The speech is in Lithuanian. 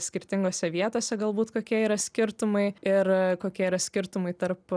skirtingose vietose galbūt kokie yra skirtumai ir kokie yra skirtumai tarp